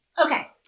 Okay